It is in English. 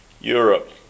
Europe